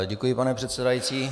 Děkuji, pane předsedající.